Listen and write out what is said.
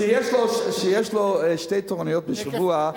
שיש לו שתי תורנויות בשבוע,